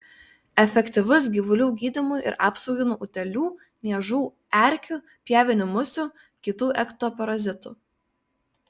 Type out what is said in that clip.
efektyvus gyvulių gydymui ir apsaugai nuo utėlių niežų erkių pievinių musių kitų ektoparazitų